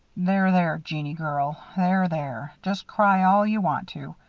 there, there, jeannie girl. there, there. just cry all ye want to.